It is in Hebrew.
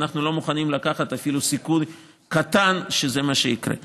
ואנחנו לא מוכנים לקחת אפילו סיכון קטן שזה מה שיקרה.